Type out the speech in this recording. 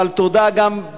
אבל תודה גם,